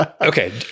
Okay